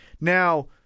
Now